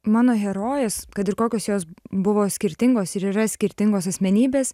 mano herojės kad ir kokios jos buvo skirtingos ir yra skirtingos asmenybės